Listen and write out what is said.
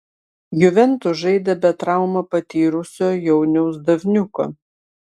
juventus žaidė be traumą patyrusio jauniaus davniuko